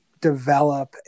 develop